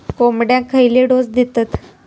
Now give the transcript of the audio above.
कोंबड्यांक खयले डोस दितत?